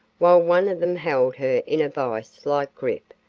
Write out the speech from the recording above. while one of them held her in a vise-like grip,